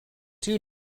two